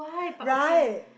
right